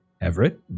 Everett